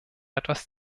etwas